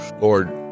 Lord